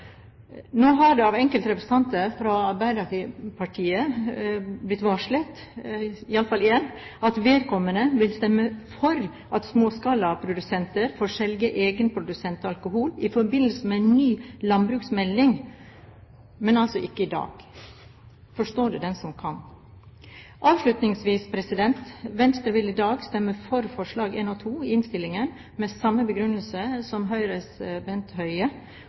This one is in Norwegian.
Nå har enkelte representanter fra Arbeiderpartiet – i alle fall én – varslet om at vedkommende vil stemme for at småskalaprodusenter får selge egenprodusert alkohol i forbindelse med ny landbruksmelding, men altså ikke i dag. Forstå det den som kan. Avslutningsvis: Venstre vil i dag stemme for forslagene nr. 1 og 2 i innstillingen med den samme begrunnelse som Høyres Bent Høie